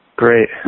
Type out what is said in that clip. Great